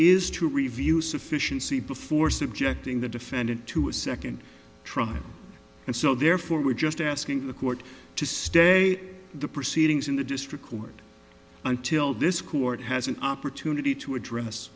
to review sufficiency before subjecting the defendant to a second trial and so therefore we're just asking the court to stay the proceedings in the district court until this court has an opportunity to address